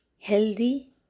healthy